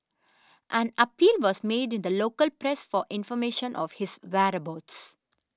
an appeal was made in the local press for information of his whereabouts